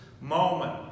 moment